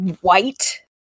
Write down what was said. White